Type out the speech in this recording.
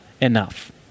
enough